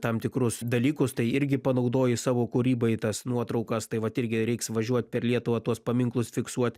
tam tikrus dalykus tai irgi panaudoji savo kūrybai tas nuotraukas tai vat irgi reiks važiuot per lietuvą tuos paminklus fiksuot